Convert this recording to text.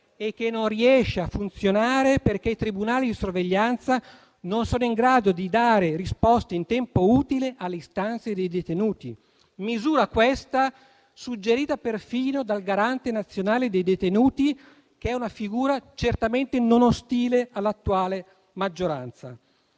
e che non riesce a funzionare perché i tribunali di sorveglianza non sono in grado di dare risposte in tempo utile alle istanze dei detenuti. Misura, questa, suggerita perfino dal Garante nazionale dei detenuti, che è una figura certamente non ostile all'attuale maggioranza.